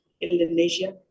Indonesia